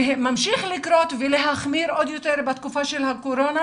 וממשיך לקרות ולהחמיר עוד יותר בתקופה של הקורונה,